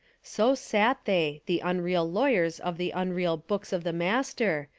so sat they, the unreal lawyers of the unreal books of the master,